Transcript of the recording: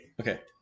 Okay